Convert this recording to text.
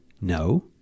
no